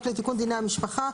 החוק לתיקון דיני המשפחה,